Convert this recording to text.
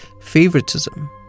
favoritism